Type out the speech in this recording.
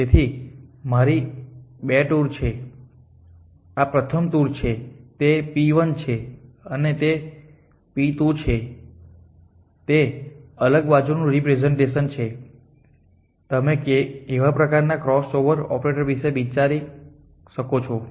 તેથી મારી 2 ટૂર છે આ પ્રથમ ટૂર છે તે p 1 છે અને તે p 2 છે તે અલગ બાજુનું રિપ્રેસેંટેશન છે તમે કેવા પ્રકારના ક્રોસઓવર ઓપરેટર વિશે વિચારી શકો છો